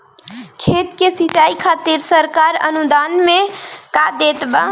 खेत के सिचाई खातिर सरकार अनुदान में का देत बा?